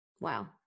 Wow